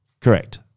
correct